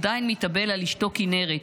עדיין מתאבל על אשתו כנרת,